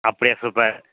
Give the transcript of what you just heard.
அப்படியா சூப்பர்